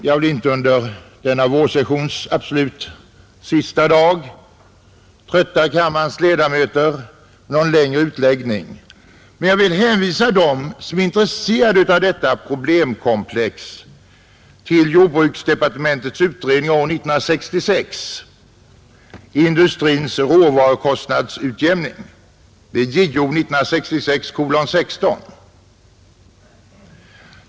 Jag vill inte under denna vårsessions absolut sista dag trötta kammarens ledamöter med någon längre utläggning, men jag vill hänvisa dem som är intresserade av detta problem till jordbruksdepartementets utredning år 1966 angående industrins råvarukostnadsutjämning, Jo 1966:16.